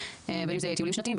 בין אם זה טיולים שנתיים,